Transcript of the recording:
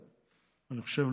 אני חושב,